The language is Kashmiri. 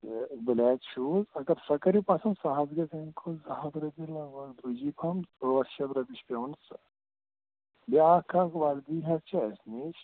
یہِ بٕلیک شوٗز اگر سۄ کٔرِو پَسَنٛد سۄ ہاوٕ بہٕ سۄ ہاوٕ بہٕ پییٚہِ ہَتھ رۄپیہِ لَگ بَگ درٛوجی پَہَم آٹھ شیٚتھ رۄپیہِ چھےٚ پیٚوان سۄ بیٛاکھ اَکھ وَردی حظ چھِ اَسہِ نِش